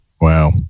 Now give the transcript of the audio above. Wow